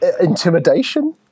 Intimidation